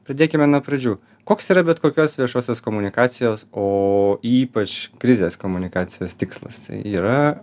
pradėkime nuo pradžių koks yra bet kokios viešosios komunikacijos o ypač krizės komunikacijos tikslas yra